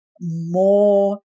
more